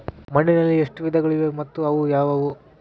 ಮಣ್ಣಿನಲ್ಲಿ ಎಷ್ಟು ವಿಧಗಳಿವೆ ಮತ್ತು ಅವು ಯಾವುವು?